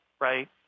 right